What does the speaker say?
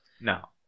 no